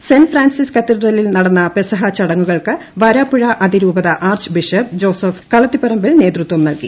saint Francis കത്തീഡ്രലിൽ നടന്ന പെസഹാ ചടങ്ങുകൾക്ക് വരാപ്പുഴ അതിരൂപത ആർച്ച് ബിഷപ്പ് ജോസഫ് കളത്തിപറമ്പിൽ നേതൃത്വം നൽകി